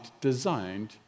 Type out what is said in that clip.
designed